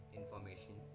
information